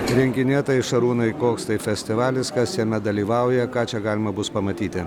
renginyje tai šarūnai koks tai festivalis kas jame dalyvauja ką čia galima bus pamatyti